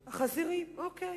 החזירים, אוקיי.